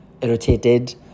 irritated